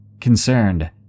Concerned